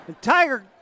Tiger